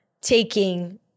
taking